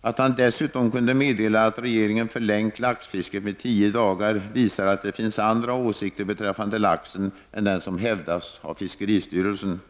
Att han dessutom kunde meddela att regeringen förlängt laxfisket med tio dagar visar att det finns andra åsikter beträffande laxen än den som hävdas av fiskeristyrelsen.